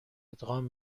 ادغام